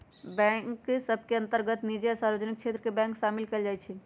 bank सभ के अंतर्गत निजी आ सार्वजनिक क्षेत्र के बैंक सामिल कयल जाइ छइ